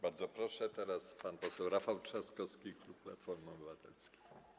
Bardzo proszę, teraz pan poseł Rafał Trzaskowski, klub Platformy Obywatelskiej.